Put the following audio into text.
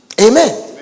Amen